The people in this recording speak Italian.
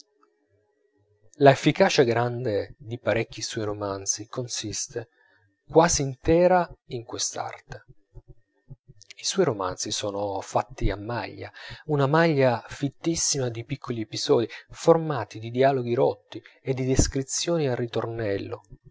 efficacia grande di parecchi suoi romanzi consiste quasi intera in quest'arte i suoi romanzi son fatti a maglia una maglia fittissima di piccoli episodi formati di dialoghi rotti e di descrizioni a ritornello